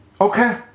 Okay